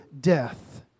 death